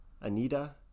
Anita